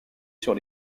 sur